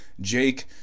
Jake